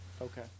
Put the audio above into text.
Okay